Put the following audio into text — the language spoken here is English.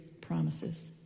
promises